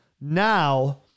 now